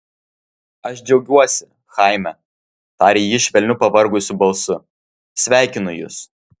aš džiaugiuosi chaime tarė ji švelniu pavargusiu balsu sveikinu jus